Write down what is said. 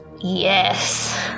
Yes